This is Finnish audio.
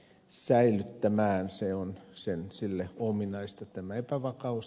se on sille ominaista tämä epävakaus